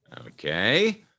Okay